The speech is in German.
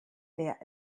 leer